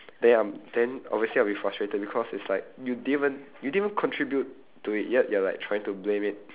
then I'm then obviously I'll be frustrated because it's like you didn't even you didn't even contribute to it yet you're like trying to blame it